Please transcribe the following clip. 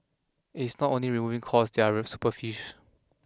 it's not only removing costs that are super fish